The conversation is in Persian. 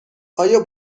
آیا